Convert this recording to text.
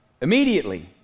Immediately